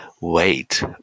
wait